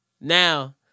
Now